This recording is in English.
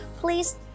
please